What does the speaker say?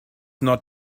not